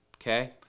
okay